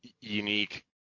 unique